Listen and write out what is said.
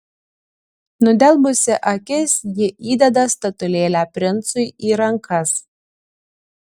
nudelbusi akis ji įdeda statulėlę princui į rankas